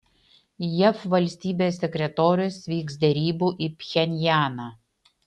jav valstybės sekretorius vyks derybų į pchenjaną